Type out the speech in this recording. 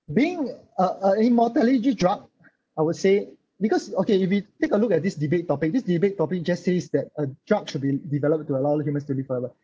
being a a immortality drug I would say because okay if we take a look at this debate topic this debate topic just says that a drug should be developed to allow humans to live forever